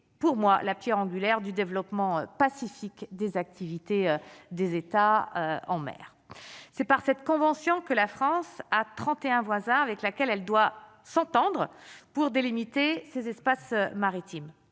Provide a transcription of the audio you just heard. pour moi la Pierre angulaire du développement pacifique des activités des États en mer, c'est par cette convention, que la France a 31 voisin avec laquelle elle doit s'entendre pour délimiter ses espaces maritimes,